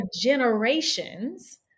generations